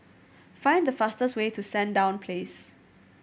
find the fastest way to Sandown Place